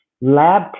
lab